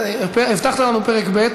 הבטחת לנו פרק ב',